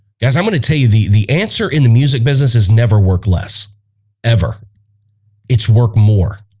guys i'm going to tell you the the answer in the music businesses never work less ever it's work more.